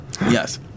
Yes